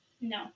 no